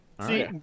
See